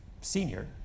senior